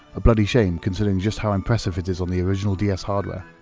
a bloody shame considering just how impressive it is on the original ds hardware.